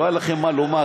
לא היה לכם מה לומר.